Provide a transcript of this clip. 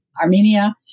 armenia